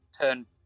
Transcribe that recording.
turn